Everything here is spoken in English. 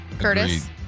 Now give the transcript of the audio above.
Curtis